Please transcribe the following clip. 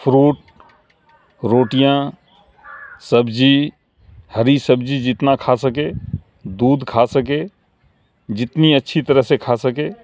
fruit روٹیاں سبزی ہری سبزی جتنا کھا سکے دودھ کھا سکے جتنی اچھی طرح سے کھا سکے